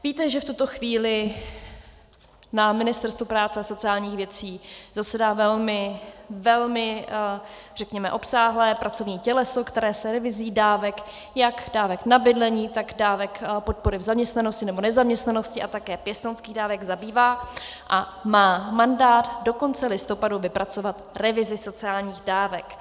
Víte, že v tuto chvíli na Ministerstvu práce a sociálních věcí zasedá velmi, velmi, řekněme, obsáhlé pracovní těleso, které se revizí dávek, jak dávek na bydlení, tak dávek podpory v zaměstnanosti, nebo nezaměstnanosti a také pěstounských dávek, zabývá a má mandát do konce listopadu vypracovat revizi sociálních dávek.